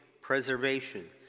preservation